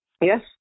yes